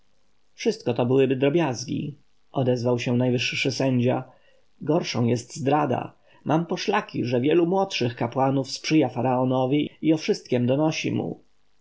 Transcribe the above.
wszystko to byłyby drobiazgi odezwał się najwyższy sędzia gorszą jest zdrada mam poszlaki że wielu młodszych kapłanów sprzyja faraonowi i o wszystkiem donosi mu